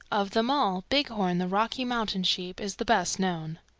of them all, bighorn the rocky mountain sheep is the best known.